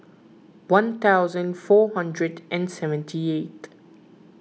one thousand four hundred and seventy eighth